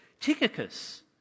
Tychicus